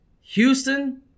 Houston